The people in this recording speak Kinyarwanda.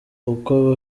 uko